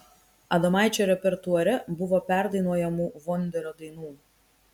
adomaičio repertuare buvo perdainuojamų vonderio dainų